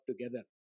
together